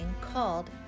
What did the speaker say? called